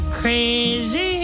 crazy